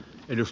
kiitos